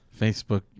Facebook